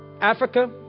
Africa